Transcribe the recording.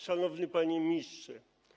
Szanowny Panie Ministrze!